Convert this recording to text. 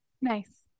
Nice